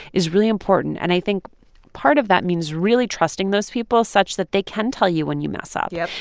is really important. and i think part of that means really trusting those people such that they can tell you when you mess ah up. yep.